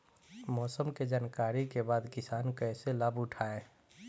मौसम के जानकरी के बाद किसान कैसे लाभ उठाएं?